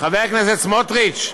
חבר הכנסת סמוטריץ,